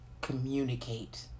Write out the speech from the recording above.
communicate